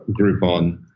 Groupon